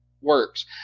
works